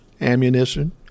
ammunition